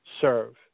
serve